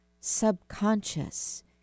subconscious